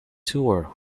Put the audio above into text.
tour